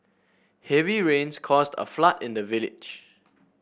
heavy rains caused a flood in the village